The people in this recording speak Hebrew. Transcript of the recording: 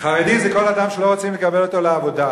חרדי זה כל אדם שלא רוצים לקבל אותו לעבודה,